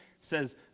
says